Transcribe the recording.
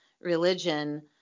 religion